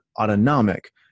Autonomic